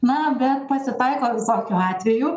na bet pasitaiko visokių atvejų